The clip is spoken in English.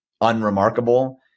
unremarkable